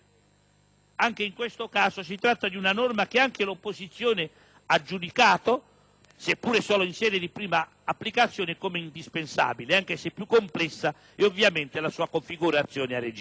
Anche in questo caso di tratta di una norma che anche l'opposizione ha giudicato, seppure solo in sede di prima applicazione, come indispensabile, anche se più complessa è ovviamente la sua configurazione a regime.